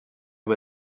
bei